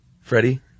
Freddie